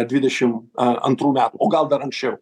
dvidešim a antrų metų o gal dar anksčiau